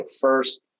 First